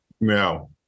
now